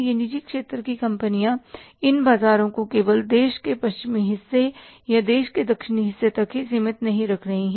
ये निजी क्षेत्र की कंपनियां इन बाजारों को केवल देश के पश्चिमी हिस्से या देश के दक्षिणी हिस्से तक ही सीमित नहीं कर रही हैं